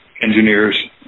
engineers